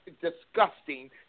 disgusting